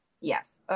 yes